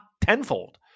tenfold